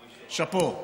שאפו.